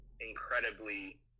incredibly